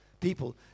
people